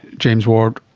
james ward,